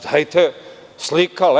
Dajte sliku.